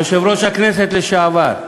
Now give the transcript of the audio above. יושב-ראש הכנסת לשעבר,